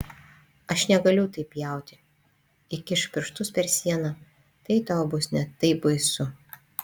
aš negaliu taip pjauti įkišk pirštus per sieną tai tau bus net taip baisu